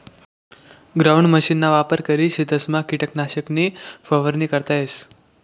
ground मशीनना वापर करी शेतसमा किटकनाशके नी फवारणी करता येस